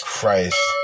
Christ